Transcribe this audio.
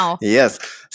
yes